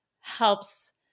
helps